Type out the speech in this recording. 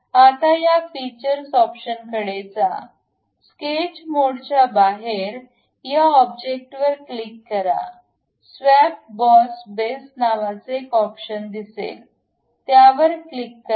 आता त्या features option कडे जा स्केच मोडच्या बाहेर या ऑब्जेक्टवर क्लिक करा स्वॅप बॉस बेस नावाचे एक ऑप्शन दिसेल त्यावर क्लिक करा